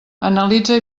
analitza